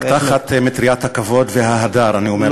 אבל רק תחת מטריית הכבוד וההדר אני אומר לך את הדברים האלה.